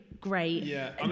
great